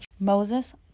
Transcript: Moses